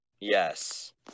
Yes